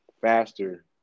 faster